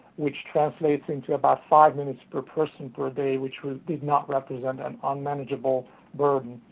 which translates into about five minutes per person per day, which did not represent an unmanageable burden.